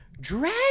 drag